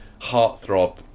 heartthrob